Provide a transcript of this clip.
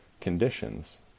conditions